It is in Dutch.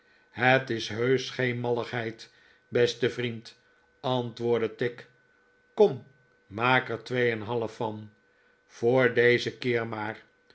het is heusch geen malligheid beste vriend antwoordde tigg jkom maak er twee en een half van voor dezen keer maar